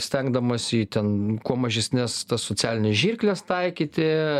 stengdamasi į ten kuo mažesnes socialines žirkles taikyti